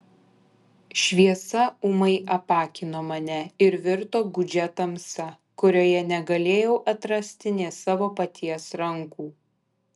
šviesa ūmai apakino mane ir virto gūdžia tamsa kurioje negalėjau atrasti nė savo paties rankų